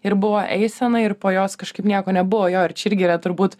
ir buvo eiseną ir po jos kažkaip nieko nebuvo jo čia irgi yra turbūt